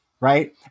right